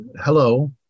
Hello